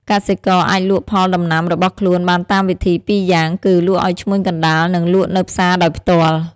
កសិករអាចលក់ផលដំណាំរបស់ខ្លួនបានតាមវិធីពីរយ៉ាងគឺ លក់ឱ្យឈ្មួញកណ្តាល និងលក់នៅផ្សារដោយផ្ទាល់។